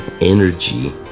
energy